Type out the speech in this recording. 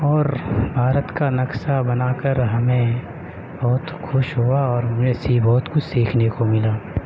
اور بھارت کا نقشہ بنا کر ہمیں بہت خوش ہوا اور بہت کچھ سیکھنے کو ملا